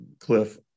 Cliff